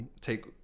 take